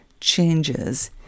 changes